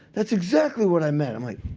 that's exactly what i meant. i'm like,